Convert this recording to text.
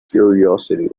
curiosity